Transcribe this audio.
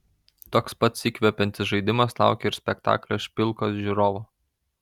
toks pats įkvepiantis žaidimas laukia ir spektaklio špilkos žiūrovo